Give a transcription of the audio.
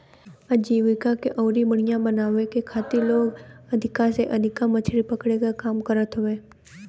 आजीविका के अउरी बढ़ियां बनावे के खातिर लोग अधिका से अधिका मछरी पकड़े क काम करत हवे